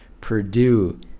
Purdue